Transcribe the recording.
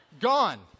Gone